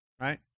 right